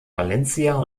valencia